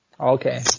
Okay